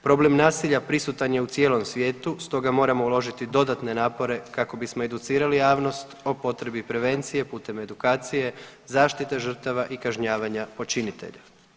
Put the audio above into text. Problem nasilja prisutan je u cijelom svijetu stoga moramo uložiti dodatne napore kako bismo educirali javnost o potrebi prevencije putem edukacije, zaštite žrtava i kažnjavanja počinitelja.